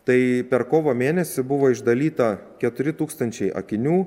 tai per kovo mėnesį buvo išdalyta keturi tūkstančiai akinių